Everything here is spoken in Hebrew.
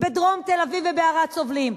בדרום תל-אביב ובערד סובלים.